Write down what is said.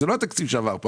זה לא התקציב שעבר פה,